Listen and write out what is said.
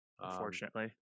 Unfortunately